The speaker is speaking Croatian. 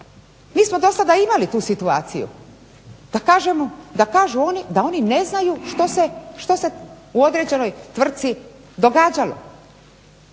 mi smo do sada imali tu situaciju da kažu oni da oni ne znaju što se u određenoj tvrtci događalo.